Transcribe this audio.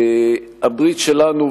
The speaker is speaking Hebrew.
הברית שלנו,